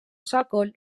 sòcol